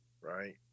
right